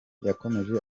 yakomeje